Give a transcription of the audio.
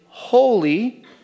holy